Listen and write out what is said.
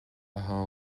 atá